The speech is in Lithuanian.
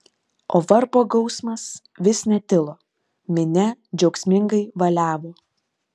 o varpo gausmas vis netilo minia džiaugsmingai valiavo